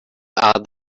are